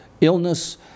illness